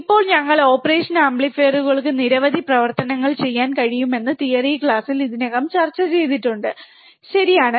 ഇപ്പോൾ ഞങ്ങൾ ഓപ്പറേഷൻ ആംപ്ലിഫയറുകൾക്ക് നിരവധി പ്രവർത്തനങ്ങൾ ചെയ്യാൻ കഴിയുമെന്ന് തിയറി ക്ലാസിൽ ഇതിനകം ചർച്ചചെയ്തിട്ടുണ്ട് ശരിയാണ്